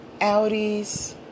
Audis